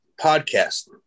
podcast